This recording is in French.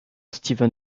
steven